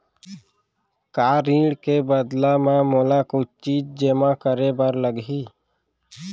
का ऋण के बदला म मोला कुछ चीज जेमा करे बर लागही?